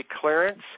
clearance